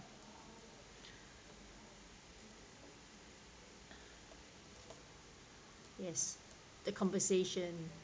yes the conversation